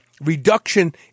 reduction